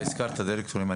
אתה הזכרת דירקטורים.